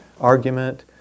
argument